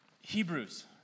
Hebrews